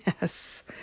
Yes